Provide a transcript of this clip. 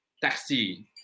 taxi